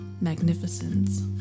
magnificence